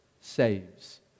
saves